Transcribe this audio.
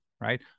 Right